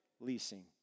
leasing